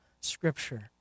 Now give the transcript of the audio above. Scripture